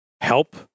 help